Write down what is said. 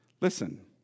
Listen